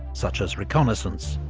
such as reconnaissance,